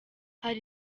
hari